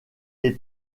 les